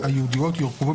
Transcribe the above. כן, זה כבר קיים.